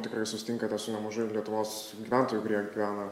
tikrai susitinkate su nemažai lietuvos gyventojų kurie gyvena